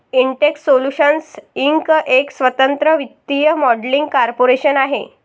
Intex solutions Inc एक स्वतंत्र वित्तीय मॉडेलिंग कॉर्पोरेशन आहे